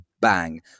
bang